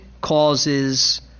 causes